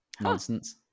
nonsense